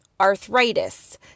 arthritis